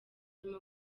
arimo